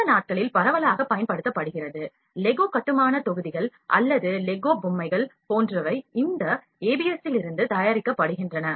இந்த நாட்களில் பரவலாகப் பயன்படுத்தப்படுகிறது லெகோ கட்டுமானத் தொகுதிகள் அல்லது லெகோ பொம்மைகள் போன்றவை இந்த ஏபிஎஸ்ஸிலிருந்து தயாரிக்கப்படுகின்றன